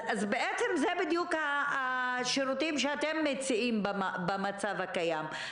בעצם זה בדיוק השירותים שאתם מציעים במצב הקיים.